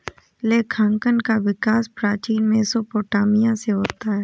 लेखांकन का विकास प्राचीन मेसोपोटामिया से होता है